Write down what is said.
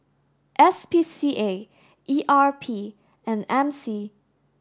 S P C A E R P and M C